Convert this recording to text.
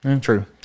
true